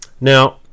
Now